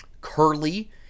Curly